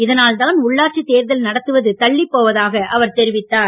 இதனால் தான் உள்ளாட்சி தேர்தல் நடத்துவது தள்ளிப் போவதாக அவர் தெரிவித்தார்